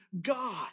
God